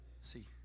see